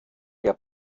der